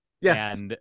Yes